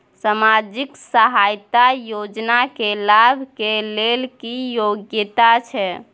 सामाजिक सहायता योजना के लाभ के लेल की योग्यता छै?